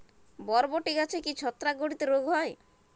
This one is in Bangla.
বরবটি গাছে কি ছত্রাক ঘটিত রোগ হয়?